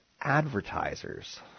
advertisers